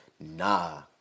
nah